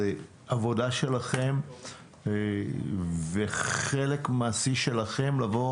זאת עבודה שלכם וחלק מעשי שלכם לבוא